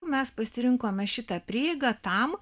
mes pasirinkome šitą prieigą tam